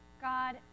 God